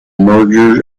mergers